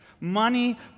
Money